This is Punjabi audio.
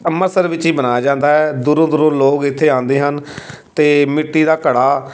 ਅੰਮ੍ਰਿਤਸਰ ਵਿੱਚ ਹੀ ਬਣਾਇਆ ਜਾਂਦਾ ਹੈ ਦੂਰੋਂ ਦੂਰੋਂ ਲੋਕ ਇੱਥੇ ਆਉਂਦੇ ਹਨ ਅਤੇ ਮਿੱਟੀ ਦਾ ਘੜਾ